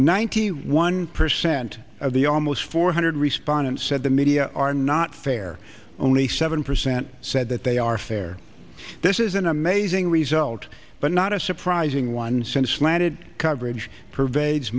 ninety one percent of the almost four hundred respondents said the media are not fair only seven percent said that they are fair this is an amazing result but not a surprising one since slanted coverage pervades